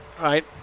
right